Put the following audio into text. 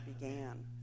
began